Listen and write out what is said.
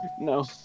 No